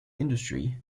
industry